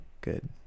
good